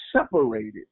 separated